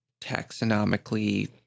taxonomically